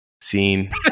scene